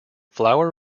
flower